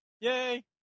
Yay